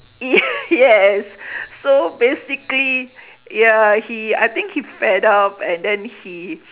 yes so basically ya he I think he fed up and then he